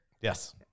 Yes